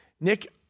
Nick